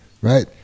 right